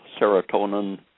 serotonin